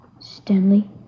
Stanley